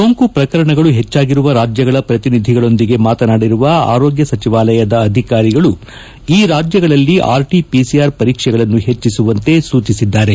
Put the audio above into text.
ಸೋಂಕು ಪ್ರಕರಣಗಳು ಹೆಚ್ಚಾಗಿರುವ ರಾಜ್ಯಗಳ ಪ್ರತಿನಿಧಿಗಳೊಂದಿಗೆ ಮಾತನಾಡಿರುವ ಆರೋಗ್ಯ ಸಚಿವಾಲಯದ ಅಧಿಕಾರಿಗಳು ಈ ರಾಜ್ಯಗಳಲ್ಲಿ ಆರ್ಟಿಪಿಸಿಆರ್ ಪರೀಕ್ಷೆಗಳನ್ನು ಹೆಚ್ಚಿಸುವಂತೆ ಸೂಚಿಸಿದ್ದಾರೆ